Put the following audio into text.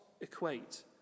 equate